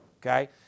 okay